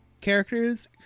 characters